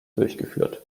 durchgeführt